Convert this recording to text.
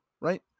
right